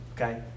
Okay